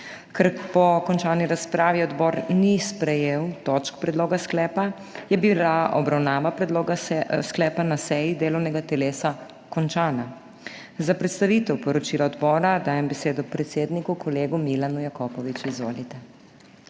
Ker po končani razpravi odbor ni sprejel točk predloga sklepa, je bila obravnava predloga sklepa na seji delovnega telesa končana. Za predstavitev poročila odbora dajem besedo predsedniku, kolegu Milanu Jakopoviču. Izvolite.